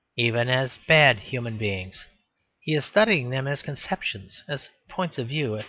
even as bad human beings he is studying them as conceptions, as points of view,